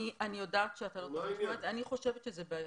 אני חושבת שזה בעייתי.